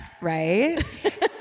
right